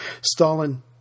Stalin